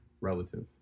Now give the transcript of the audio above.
relative